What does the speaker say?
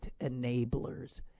enablers